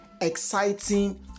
exciting